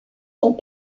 sont